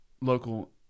local